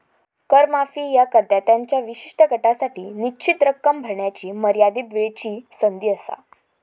कर माफी ह्या करदात्यांच्या विशिष्ट गटासाठी निश्चित रक्कम भरण्याची मर्यादित वेळची संधी असा